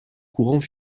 courants